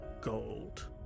gold